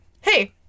hey